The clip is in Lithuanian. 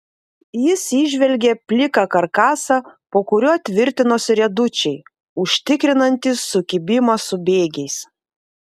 jis įžvelgė pliką karkasą po kuriuo tvirtinosi riedučiai užtikrinantys sukibimą su bėgiais